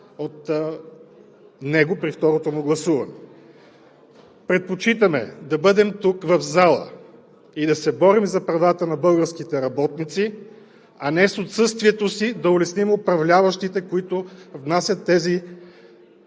отпаднат при второто му гласуване. Предпочитаме да бъдем тук, в залата, и да се борим за правата на българските работници, а не с отсъствието си да улесним управляващите, които внасят тези